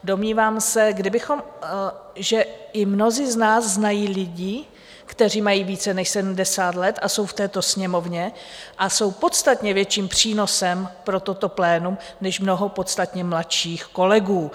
Domnívám se, že i mnozí z nás znají lidi, kteří mají více než 70 let, jsou v této Sněmovně a jsou podstatně větším přínosem pro toto plénum než mnoho podstatně mladších kolegů.